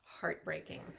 heartbreaking